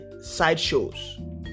sideshows